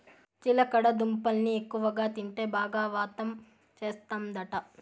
చిలకడ దుంపల్ని ఎక్కువగా తింటే బాగా వాతం చేస్తందట